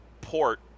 port